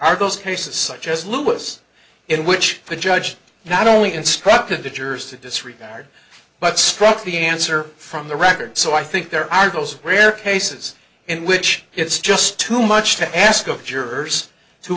are those cases such as lewis in which the judge not only instructed to jurors to disregard but struck the answer from the record so i think there are those rare cases in which it's just too much to ask of jurors